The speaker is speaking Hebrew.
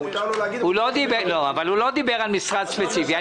הוא לא דיבר על משרד ספציפי.